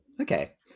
Okay